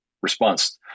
response